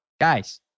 guys